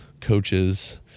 coaches